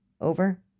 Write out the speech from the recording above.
Over